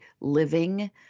living